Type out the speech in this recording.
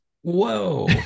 Whoa